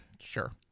Sure